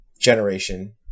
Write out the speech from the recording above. generation